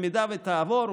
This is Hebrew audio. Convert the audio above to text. אם תעבור,